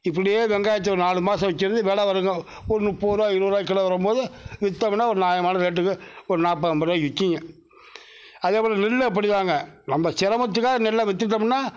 இப்படியே வெங்காயத்தை ஒரு நாலு மாதம் வச்சுருந்து விலை வரைக்கும் ஒரு முப்பது ரூபா இருபது ரூபா கிலோ வரும்போது விற்றமுன்னா ஒரு நியாமான ரேட்டுக்கு ஒரு நாற்பது ஐம்பது ரூபாய்க்கு விற்கிக்குங்க அதேப்போல் நெல்லும் அப்படித்தாங்க நம்ம சிரமத்துக்காக நெல்லை விற்றுட்டோம்ன்னா